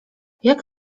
jak